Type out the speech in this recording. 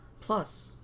Plus